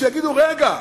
שיגידו: רגע,